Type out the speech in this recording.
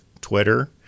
Twitter